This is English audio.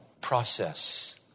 process